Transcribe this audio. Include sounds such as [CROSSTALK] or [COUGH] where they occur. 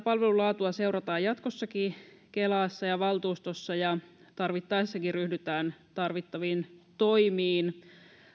palvelun laatua seurataan jatkossakin kelassa ja valtuustossa ja tarvittaessa ryhdytään tarvittaviin toimiin [UNINTELLIGIBLE]